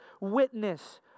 witness